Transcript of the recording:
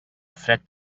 fred